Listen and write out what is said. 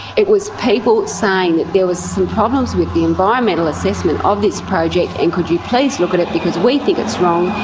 it was people saying that there were some problems with the environmental assessment of this project, and could you please look at it because we think it's wrong.